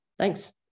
Thanks